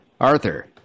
Arthur